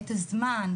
את הזמן,